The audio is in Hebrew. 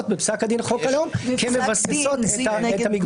בפסק דין חוק הלאום כמבססות את המגבלות.